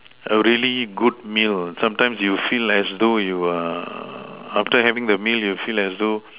a really good meal sometimes you feel as though you err after having the meal you feel as though